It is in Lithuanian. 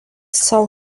sau